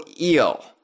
eel